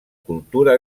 cultura